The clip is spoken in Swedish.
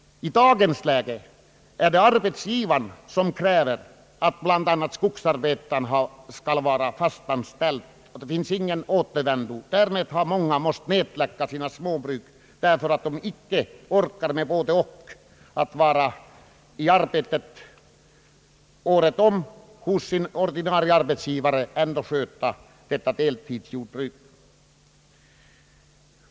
I dagens läge är det arbetsgivaren som kräver att skogsarbetaren skall vara fast anställd, och det finns ingen återvändo i det avseendet. Av den anledningen har många måst nedlägga sina småbruk därför att de inte orkar med både-och — att året om arbeta hos sin ordinarie arbetsgivare men ändå sköta sitt deltidsjordbruk.